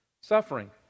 suffering